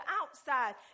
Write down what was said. outside